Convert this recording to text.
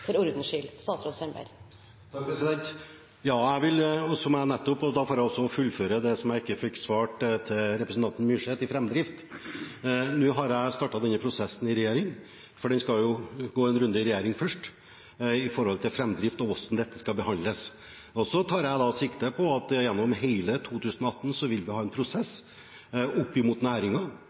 For ordens skyld – man sier ikke «du». Da får jeg fullføre det jeg ikke fikk svart til representanten Myrseth, om framdrift: Nå har jeg startet denne prosessen i regjering, for med hensyn til framdriften og hvordan dette skal behandles, skal det først gå en runde der. Så tar jeg sikte på at vi gjennom hele 2018 vil ha en prosess